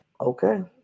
okay